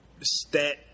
stat